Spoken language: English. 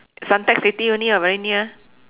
Suntec City only [what] very near